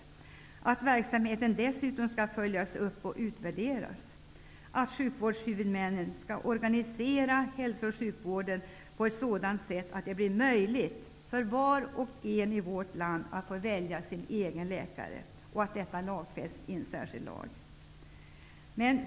Kan det vara mot att verksamheten dessutom skall följas upp och utvärderas? Kan det vara mot att sjukvårdshuvudmännen skall organisera hälso och sjukvården på ett sådant sätt att det blir möjligt för var och en i vårt land att få välja sin egen läkare, och att detta lagfästs i en särskild lag?